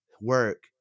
work